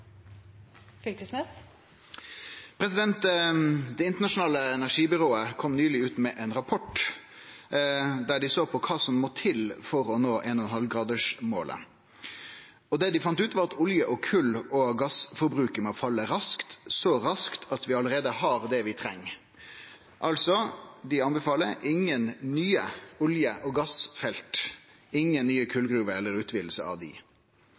oppfølgingsspørsmål. Det internasjonale energibyrået kom nyleg ut med ein rapport der dei såg på kva som må til for å nå 1,5-gradersmålet. Dei fann ut at olje-, kol- og gassforbruket må falle raskt, så raskt at vi allereie har det vi treng. Altså – dei anbefaler ingen nye olje- og gassfelt, ingen nye kolgruver eller utviding av dei.